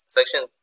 section